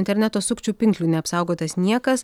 interneto sukčių pinklių neapsaugotas niekas